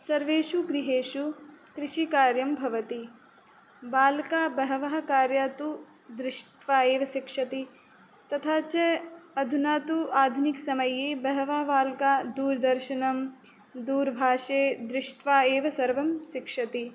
सर्वेषु गृहेषु कृषिकार्यं भवति बालकाः बहवः कार्या तु दृष्ट्वा एव शिक्षति तथा च अधुना तु आधुनिक समये बहवः बालकाः दूर् दशनं दूर्भाषे दृष्ट्वा एव सर्वं शिक्षति